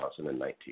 2019